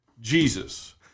Jesus